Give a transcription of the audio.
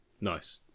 Nice